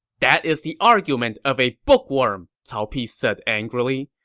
that is the argument of a bookworm! cao pi said angrily.